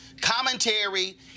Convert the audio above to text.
commentary